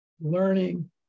learning